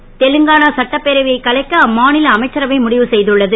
தெலுங்கானா தெலுங்கானா சட்டப்பேரவையை கலைக்க அம்மா ல அமைச்சரவை முடிவு செ துள்ளது